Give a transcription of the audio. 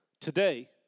today